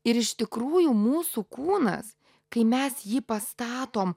ir iš tikrųjų mūsų kūnas kai mes jį pastatom